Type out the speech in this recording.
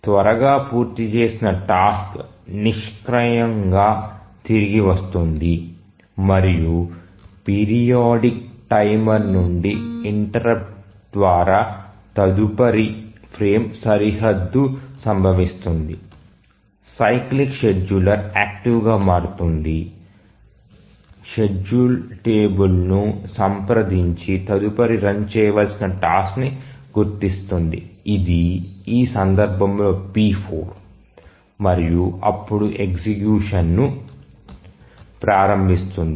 త్వరగా పూర్తి చేసిన టాస్క్ నిష్క్రియంగా తిరిగి వస్తుంది మరియు పీరియాడిక్ టైమర్ నుండి ఇంటెర్రుప్ట్ ద్వారా తదుపరి ఫ్రేమ్ సరిహద్దు సంభవిస్తుంది సైక్లిక్ షెడ్యూలర్ యాక్టివ్ గా మారుతుంది షెడ్యూల్ టేబుల్ను సంప్రదించి తదుపరి రన్ చేయవలసిన టాస్క్ ని గుర్తిస్తుంది ఇది ఈ సందర్భంలో p4 మరియు అప్పుడు ఎగ్జిక్యూషన్ ను ప్రారంభిస్తుంది